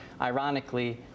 ironically